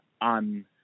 on